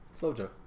Flojo